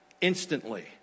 instantly